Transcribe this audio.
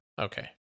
Okay